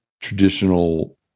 traditional